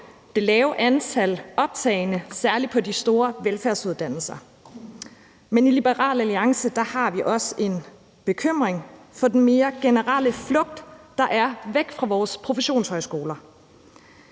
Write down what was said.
det lave antal optagne på særlig de store velfærdsuddannelser. Men i Liberal Alliance har vi også en bekymring for den mere generelle flugt væk fra vores professionshøjskoler,